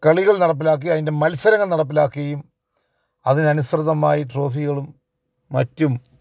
കളികൾ നടപ്പിലാക്കി അതിൻ്റെ മത്സരങ്ങൾ നടപ്പിലാക്കുകയും അതിന് അനുസൃതമായി ട്രോഫികളും മറ്റും